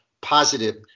positive